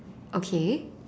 okay